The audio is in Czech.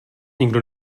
nikdo